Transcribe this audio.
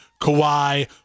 Kawhi